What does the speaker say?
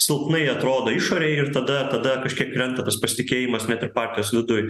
silpnai atrodo išorėj ir tada tada kažkiek krenta pasitikėjimas net ir partijos viduj